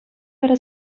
вара